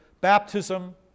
baptism